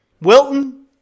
Wilton